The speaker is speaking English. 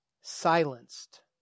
silenced